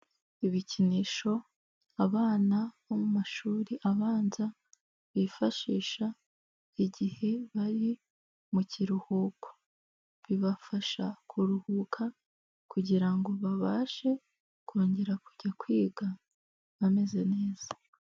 Ibikinisho abana bo mu mashuri abanza bifashisha igihe bari mu kiruhuko, bibafasha kuruhuka, kugira ngo babashe kongera kujya kwiga bameze neza.